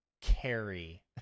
carry